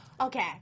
Okay